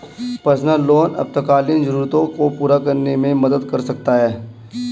personal loan आपातकालीन जरूरतों को पूरा करने में मदद कर सकता है